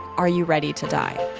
are you ready to die?